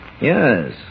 Yes